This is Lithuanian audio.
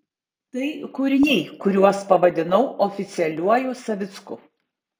tai kūriniai kuriuos pavadinau oficialiuoju savicku